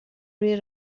روی